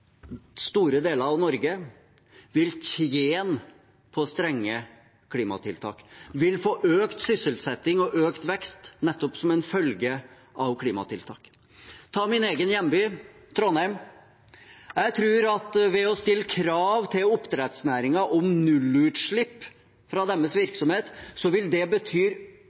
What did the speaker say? store deler av Norge vil tjene på strenge klimatiltak, få økt sysselsetting og økt vekst nettopp som en følge av klimatiltak. For å ta min egen hjemby, Trondheim: Jeg tror at det å stille krav til oppdrettsnæringen om nullutslipp fra deres virksomhet vil bety